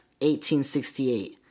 1868